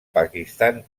pakistan